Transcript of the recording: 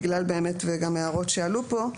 גם בגלל הערות שעלו פה,